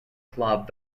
club